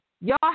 Y'all